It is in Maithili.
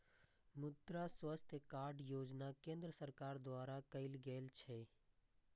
मुद्रा स्वास्थ्य कार्ड योजना केंद्र सरकार द्वारा शुरू कैल गेल छै